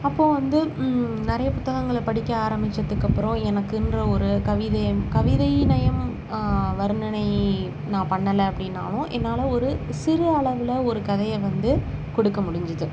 அப்போது வந்து நிறைய புத்தகங்களை படிக்க ஆரம்மிச்சத்துக்கு அப்புறோம் எனக்குன்ற ஒரு கவிதையம் கவிதை நயம் வர்ணனை நான் பண்ணலை அப்படின்னாலும் என்னால் ஒரு சிறு அளவில் ஒரு கதையை வந்து கொடுக்க முடிஞ்சது